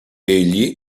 egli